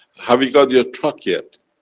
have you got your truck yet?